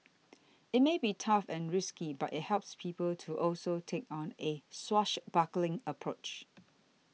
it may be tough and risky but it helps people to also take on a swashbuckling approach